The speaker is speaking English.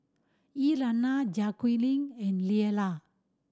Elaina Jacquelyn and Lella